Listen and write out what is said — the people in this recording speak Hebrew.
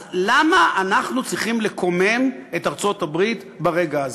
אז למה אנחנו צריכים לקומם את ארצות-הברית ברגע הזה?